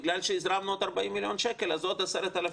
בגלל שהזרמנו עוד 40 מיליון שקל אז עוד 10,000